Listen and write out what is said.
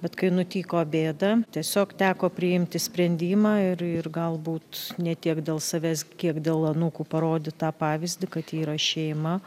bet kai nutiko bėda tiesiog teko priimti sprendimą ir ir galbūt ne tiek dėl savęs kiek dėl anūkų parodyt tą pavyzdį kad ji yra šeima